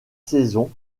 saisons